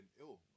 ill